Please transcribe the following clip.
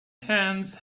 hands